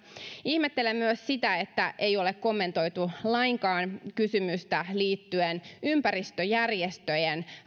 ihmettelen myös sitä että ei ole kommentoitu lainkaan kysymystä liittyen ympäristöjärjestöjen